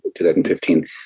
2015